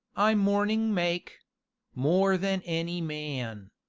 i mourning make more than any man!